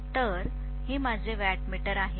तर हे माझे वॅटमीटर आहे